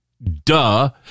duh